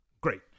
Great